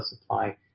supply